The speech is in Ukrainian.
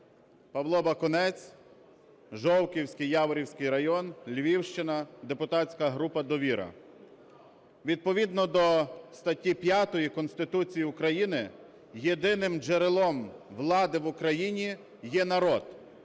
Павло Бакунець, Жовківський, Яворівський райони, Львівщина, депутатська група "Довіра". Відповідно до статті 5 Конституції України єдиним джерелом вдали в Україні є народ.